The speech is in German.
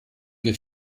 wir